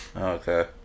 Okay